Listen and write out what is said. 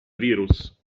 virus